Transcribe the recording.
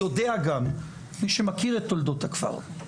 יודע גם מי שמכיר את תולדות הכפר,